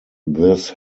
this